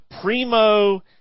Primo